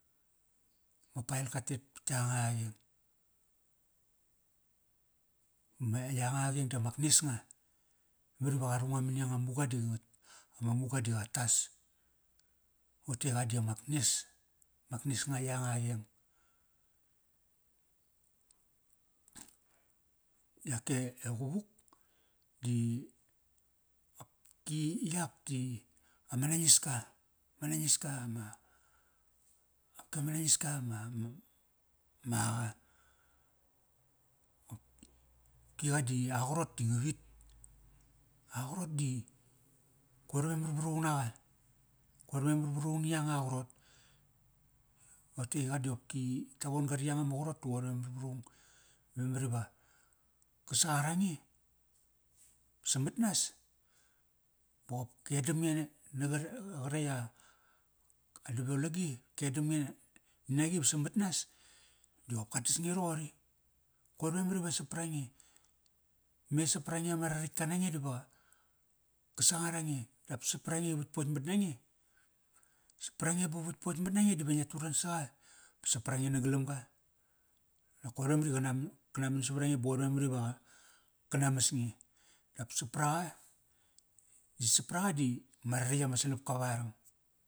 Ma pael katet pat yanga a qeng. Ma, yanga a qeng di amak nes nga. Memar ivaqa ru nga mani anga muga di nga, ama muga di qa tas. Rote qa di amak nes, mak nes nga yanga a qeng. Yak e, e quvuk, di opki yak di ama nangis ka, ma nangis ka ma, opki ama nangis ka ma, ma, ma aqa. Qopki qa di a qarot di nga vit. A qarot di, koir memar vraung ni yanga a qarot. Rote i qa dopki ta von ga ri yanga ma qarot ti qoir memar vraung. Memar iva, ka sangar ange samat nas baqop ka edamnge na qar, qaretk a, a davolagi, ka edamnge naqi va samat nas, diqop ka tas nge roqori. Koir memar iva saprange. Me saprange ama raratk ka nange diva qa ka sangar ange. Dap saprange i vat potkmat nange diva ngia taran saqa ba saprange nagalam ga. Nak koir memar iva qana, kana man savarange ba qoir memar iva qa, kana mas nge. Dap sapraqa, sapraqa di ma raratk ama salapka varang.